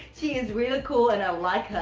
she is really cool and i like her.